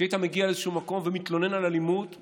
כשהיית מגיע לאיזשהו מקום ומתלונן על אלימות פיזית,